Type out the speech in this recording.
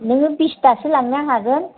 नोङो बिसथासो लांनो हागोन